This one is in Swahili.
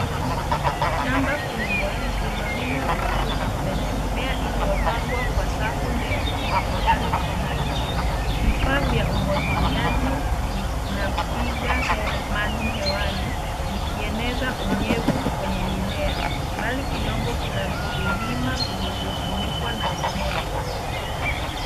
Shamba kubwa lililolimwa vizuri lenye mimea iliyopangwa kwa safu ndefu na kijani kibichi. Vifaa vya umwagiliaji vinapiga maji hewani vikieneza unyevu kwenye mimea. Mbali kidogo kuna vilima vilivyofunikwa na mimea.